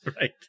right